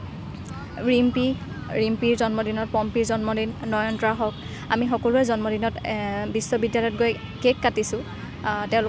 ৰিম্পী ৰিম্পীৰ জন্মদিনত পম্পীৰ জন্মদিন নয়নতৰা হওক আমি সকলোৱে জন্মদিনত বিশ্ববিদ্যালয়ত গৈ কেক কাটিছোঁ তেওঁলোকক